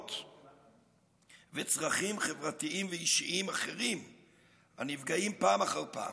זכויות וצרכים חברתיים ואישיים אחרים הנפגעים פעם אחר פעם.